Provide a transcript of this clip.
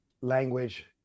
language